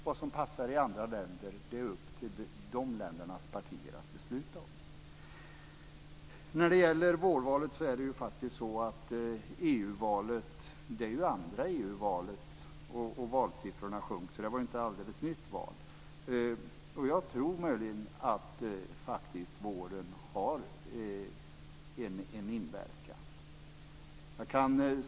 Vad som passar i andra länder är det upp till de ländernas partier att besluta om. När det gäller vårvalet är det faktiskt så att årets EU-val var det andra EU-valet, och valsiffrorna sjönk. Det var alltså inte ett alldeles nytt val, och jag tror att våren faktiskt har en inverkan.